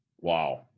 wow